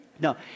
No